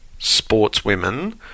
sportswomen